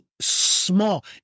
small